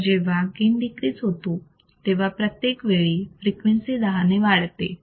तर जेव्हा gain decrease होतो तेव्हा प्रत्येक वेळी फ्रिक्वेन्सी 10 ने वाढते